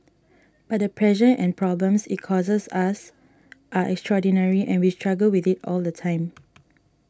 but the pressure and problems it causes us are extraordinary and we struggle with it all the time